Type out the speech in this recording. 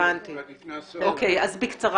בקצרה